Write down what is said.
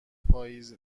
پاییز